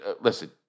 listen